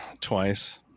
twice